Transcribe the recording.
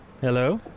Hello